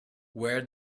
where